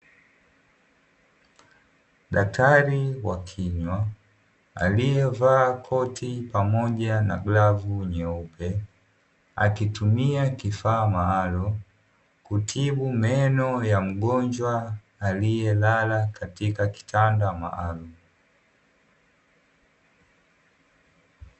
Daktari wa kinywa aliyevaa koti pamoja na glavu nyeupe, akitumia kifaa maalumu, kutibu meno ya mgonjwa aliyelala katika kitanda maalumu.